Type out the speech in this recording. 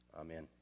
Amen